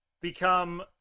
become